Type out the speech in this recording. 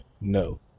no